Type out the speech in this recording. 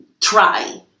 try